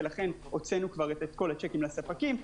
ולכן הוצאנו את כל הצ'קים לספקים,